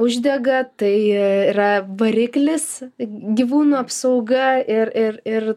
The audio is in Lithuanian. uždega tai yra variklis gyvūnų apsauga ir ir ir